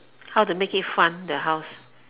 how to make it fun the house